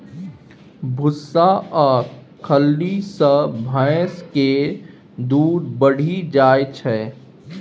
भुस्सा आ खल्ली सँ भैंस केर दूध बढ़ि जाइ छै